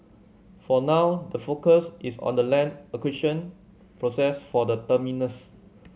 for now the focus is on the land acquisition process for the terminus